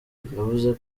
yavuze